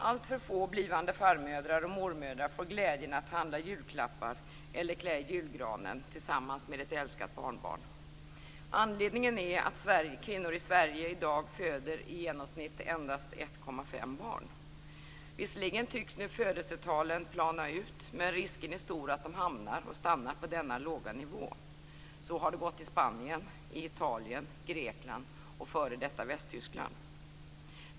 Alltför få kommer att bli farmödrar och mormödrar och få uppleva glädjen att handla julklappar eller klä julgranen tillsammans med ett älskat barnbarn. Anledningen är att kvinnor i Sverige i dag föder i genomsnitt endast 1,5 barn. Visserligen tycks födelsetalen nu plana ut, men risken är stor att de hamnar och stannar på denna låga nivå. Så har det gått i Spanien, Italien, Grekland och f.d.